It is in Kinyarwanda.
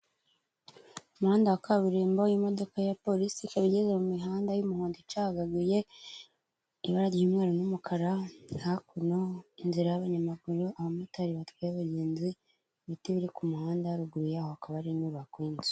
Umuhanda wa kaburimbo urimo imodoka ya polisi, ikaba igeze mu mihanda y'umuhondo icagaguye, ibara ry'umweru n'umukara, hakuno inzira y'abanyamaguru, abamotari batwaye abagenzi, ibiti biri ku muhanda, haruguru yaho hakaba hari inyubako y'inzu.